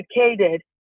educated